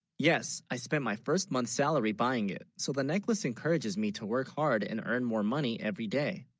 yes i spent, my first month's salary, buying it so the necklace encourages, me to work hard and earn more money every, day